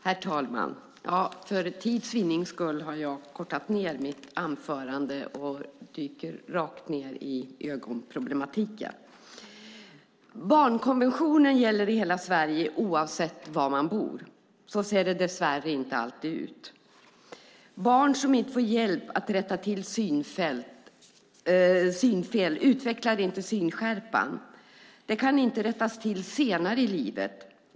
Herr talman! För tids vinning har jag kortat ned mitt anförande och dyker rakt ned i ögonproblematiken. Barnkonventionen gäller i hela Sverige, oavsett var man bor. Så ser det dess värre inte alltid ut. Barn som inte får hjälp att rätta till synfel utvecklar inte synskärpan. Detta kan inte rättas till senare i livet.